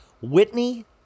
Whitney